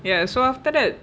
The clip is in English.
ya so after that